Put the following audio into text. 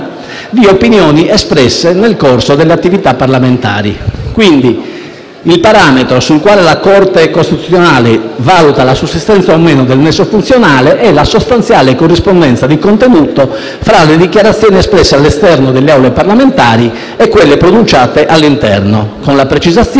di opinioni espresse nel corso delle attività parlamentari. Il parametro sul quale la Corte costituzionale valuta la sussistenza o meno del nesso funzionale è, quindi, la sostanziale corrispondenza di contenuto fra le dichiarazioni espresse all'esterno delle Aule parlamentari e quelle pronunciate all'interno, con la precisazione